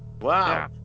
Wow